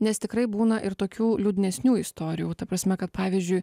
nes tikrai būna ir tokių liūdnesnių istorijų ta prasme kad pavyzdžiui